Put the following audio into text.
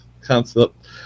concept